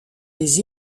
des